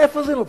מאיפה זה נובע?